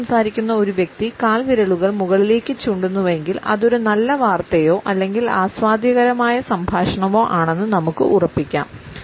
ഫോണിൽ സംസാരിക്കുന്ന ഒരു വ്യക്തി കാൽവിരലുകൾ മുകളിലേക്ക് ചൂണ്ടുന്നുവെങ്കിൽ അത് ഒരു നല്ല വാർത്തയോ അല്ലെങ്കിൽ ആസ്വാദ്യകരമായ സംഭാഷണമോ ആണെന്ന് നമുക്ക് ഉറപ്പിക്കാം